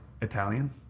italian